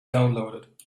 downloaded